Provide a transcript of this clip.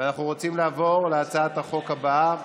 אנחנו רוצים לעבור להצעת החוק הבאה,